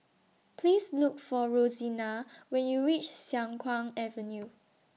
Please Look For Rosina when YOU REACH Siang Kuang Avenue